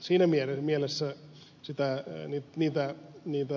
siinä mielessä sitä ei nyt mitä mitä